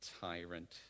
tyrant